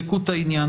הנחתה.